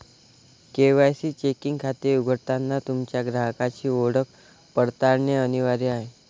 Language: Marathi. के.वाय.सी चेकिंग खाते उघडताना तुमच्या ग्राहकाची ओळख पडताळणे अनिवार्य आहे